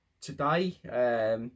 today